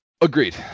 agreed